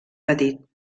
petit